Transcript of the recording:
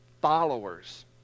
followers